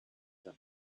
them